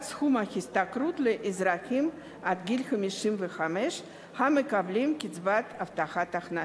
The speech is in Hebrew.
סכום ההשתכרות לאזרחים עד גיל 55 המקבלים קצבת הבטחת הכנסה.